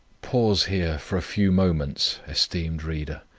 pause here for a few moments, esteemed reader.